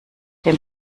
dem